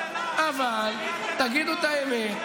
אבל תגידו את האמת,